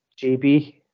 JB